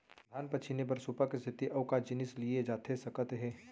धान पछिने बर सुपा के सेती अऊ का जिनिस लिए जाथे सकत हे?